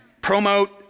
promote